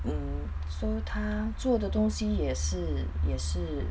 mm so 他做的东西也是也是